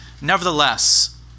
Nevertheless